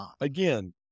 again